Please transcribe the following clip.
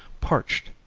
parched,